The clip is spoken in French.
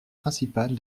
principales